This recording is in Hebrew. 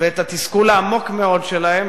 ואת התסכול העמוק מאוד שלהם.